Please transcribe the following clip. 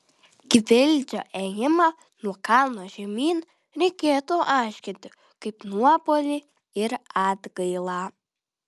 gvildžio ėjimą nuo kalno žemyn reikėtų aiškinti kaip nuopuolį ir atgailą